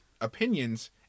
opinions